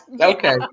Okay